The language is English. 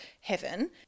Heaven